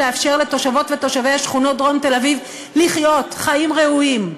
לאפשר לתושבות ותושבי השכונות בדרום תל-אביב לחיות חיים ראויים.